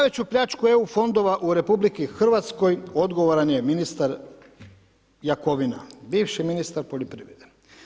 Za najveću pljačku EU fondova u RH odgovoran je ministar Jakovina, bivši ministar poljoprivrede.